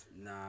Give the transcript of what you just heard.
Nah